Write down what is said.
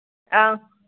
ꯑꯥ